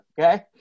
okay